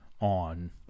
on